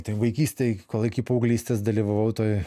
tai vaikystėj kol iki paauglystės dalyvavau toj